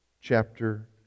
chapter